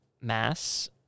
Mass